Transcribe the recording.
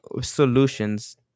solutions